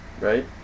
right